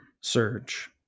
surge